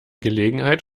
gelegenheit